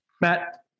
Matt